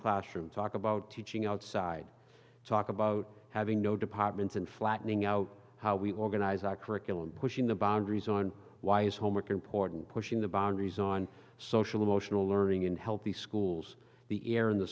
classroom talk about teaching outside talk about having no departments and flattening out how we organize our curriculum pushing the boundaries on why is homework important pushing the boundaries on social emotional learning in healthy schools the air in the